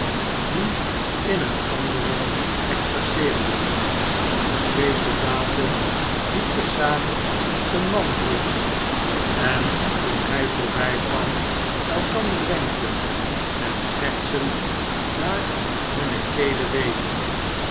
die in een anderen exerceerden de twee soldaten die te zamen eene mand droegen en toen hij voorbijkwam elkander wenkten en schertsend naar hunne kelen wezen